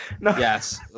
yes